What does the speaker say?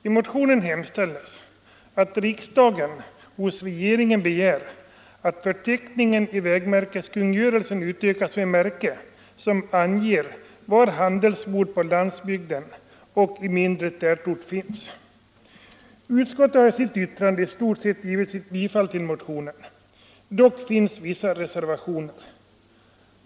I motionen hemställer vi att riksdagen hos regeringen begär att förteckningen i vägmärkeskungörelsen utökas med märke som anger var handelsbod på landsbygden och i mindre tätort finns. Utskottet har i sitt yttrande i stort sett tillstyrkt bifall till motionen. Dock finns vissa reservationer.